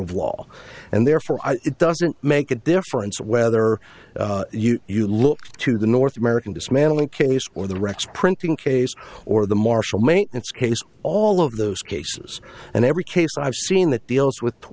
of law and therefore it doesn't make a difference whether you look to the north american dismantling case or the rex printing case or the marshall maintenance case all of those cases and every case i've seen that deals with